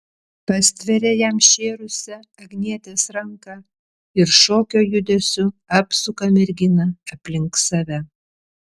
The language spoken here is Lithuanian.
pastveria jam šėrusią agnietės ranką ir šokio judesiu apsuka merginą aplink save